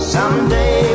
Someday